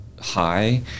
high